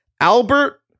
Albert